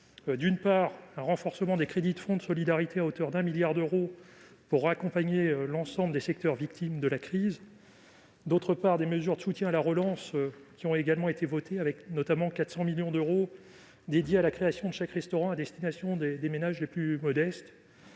d'une part, un renforcement des crédits du fonds de solidarité à hauteur de 1 milliard d'euros pour accompagner l'ensemble des secteurs victimes de la crise ; d'autre part, des mesures de soutien à la relance, avec, notamment, une enveloppe de 400 millions d'euros dédiée à la création de chèques-restaurants pour les ménages les plus modestes.